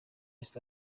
east